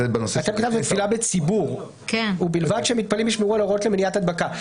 אתם כתבתם תפילה בציבור ובלבד שהמתפללים ישמרו על ההוראות למניעת הדבקה.